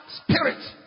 spirit